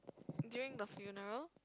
during the funeral